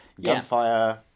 gunfire